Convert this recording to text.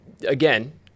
again